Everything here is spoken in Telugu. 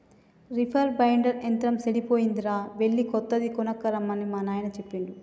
రిపర్ బైండర్ యంత్రం సెడిపోయిందిరా ఎళ్ళి కొత్తది కొనక్కరమ్మని మా నాయిన సెప్పిండు